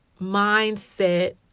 mindset